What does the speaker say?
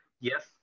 Yes